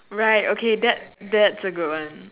right okay that that's a good one